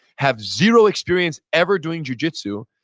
have zero experience ever doing jujitsu,